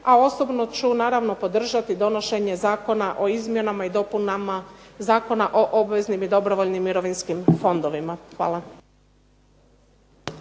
a osobno ću naravno podržati donošenje Zakona o izmjenama i dopunama Zakona o obveznim i dobrovoljnim mirovinskim fondovima. Hvala.